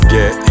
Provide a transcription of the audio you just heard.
Get